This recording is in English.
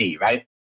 right